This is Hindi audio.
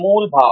मूल भाव